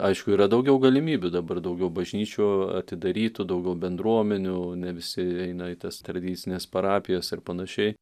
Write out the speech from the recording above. aišku yra daugiau galimybių dabar daugiau bažnyčių atidarytų daugiau bendruomenių ne visi eina į tas tradicines parapijas ir panašiai